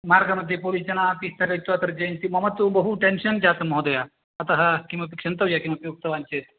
मार्गमध्ये पोलिस्जनाः अपि स्थगयित्वा तर्जयन्ति मम तु बहु टेन्शन् जातं महोदय अतः किमपि क्षन्तव्यः किमपि उक्तवान् चेत्